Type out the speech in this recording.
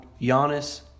Giannis